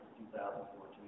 2014